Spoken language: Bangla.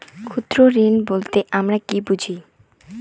ক্ষুদ্র ঋণ বলতে আমরা কি বুঝি?